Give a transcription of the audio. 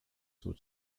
would